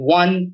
one